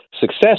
success